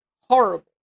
horrible